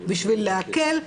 בשביל להקל,